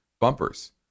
bumpers